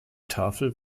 tafel